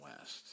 West